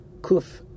Kuf